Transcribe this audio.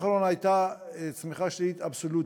ברבעון האחרון הייתה צמיחה שלילית אבסולוטית.